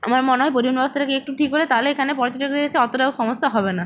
আমার মনে হয় পরিবহন ব্যবস্থাটাকে একটু ঠিক করলে তাহলে এখানে পর্যটকদের এসে অতটাও সমস্যা হবে না